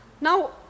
Now